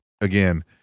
again